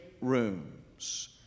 rooms